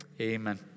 amen